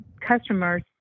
customers